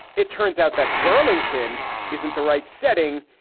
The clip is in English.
it turns out that burlington isn't the right setting.